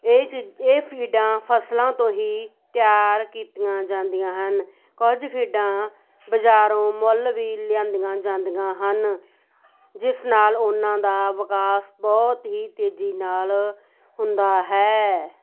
ਇਹ ਚੀ ਇਹ ਫੀਡਾਂ ਫਸਲਾਂ ਤੋਂ ਹੀ ਤਿਆਰ ਕੀਤੀਆਂ ਜਾਂਦੀਆਂ ਹਨ ਕੁਝ ਫੀਡਾਂ ਬਾਜ਼ਾਰੋਂ ਮੁੱਲ ਵੀ ਲਿਆਂਦੀਆਂ ਜਾਂਦੀਆਂ ਹਨ ਜਿਸ ਨਾਲ ਉਹਨਾਂ ਦਾ ਵਿਕਾਸ ਬਹੁਤ ਹੀ ਤੇਜ਼ੀ ਨਾਲ ਹੁੰਦਾ ਹੈ